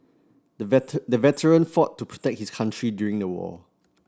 the the veteran fought to protect his country during the war